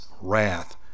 wrath